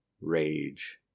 rage